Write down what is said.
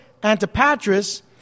Antipatris